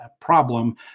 problem